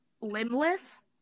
limbless